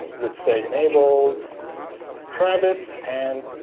let's say, enabled travis and